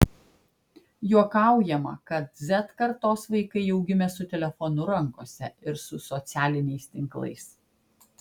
juokaujama kad z kartos vaikai jau gimė su telefonu rankose ir su socialiniais tinklais